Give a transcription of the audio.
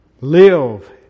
live